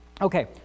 Okay